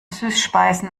süßspeisen